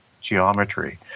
geometry